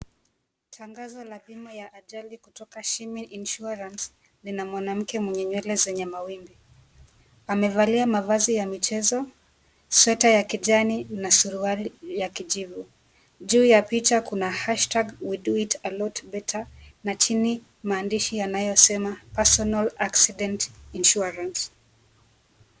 Tangazo la bima ya ajali kutoka Shimin Insurance lina mwananamke mwenye nywele zenye mawimbi. Amevalia mavazi ya michezo, sweater ya kijani na suruali ya kijivu. Juu ya picha kuna hashtag we do it a lot better na chini maandishi yanayosema personal accident insurance .